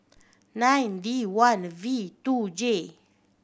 nine D one V two J